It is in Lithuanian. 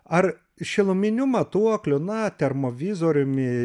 ar šiluminių matuoklių na termo vizoriumi